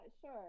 Sure